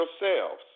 yourselves